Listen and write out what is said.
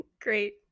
Great